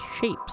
shapes